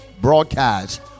Broadcast